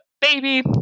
baby